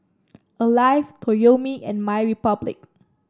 Alive Toyomi and MyRepublic